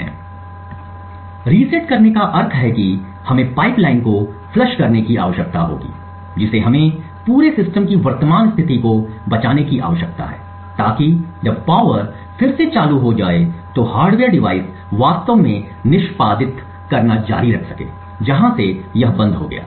इसलिए रीसेट करने का अर्थ है कि हमें पाइपलाइन को फ्लश करने की आवश्यकता होगी जिसे हमें पूरे सिस्टम की वर्तमान स्थिति को बचाने की आवश्यकता है ताकि जब पावर फिर से चालू हो जाए तो हार्डवेयर डिवाइस वास्तव में निष्पादित करना जारी रख सके जहां से यह बंद हो गया था